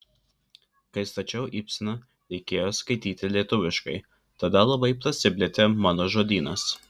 kai stačiau ibseną reikėjo skaityti lietuviškai tada labai prasiplėtė mano žodynas